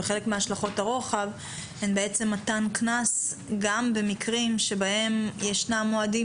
וחלק מהשלכות הרוחב הן בעצם מתן קנס גם במקרים שבהם ישנם אוהדים